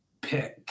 pick